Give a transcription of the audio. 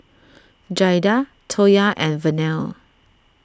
Jaida Toya and Vernelle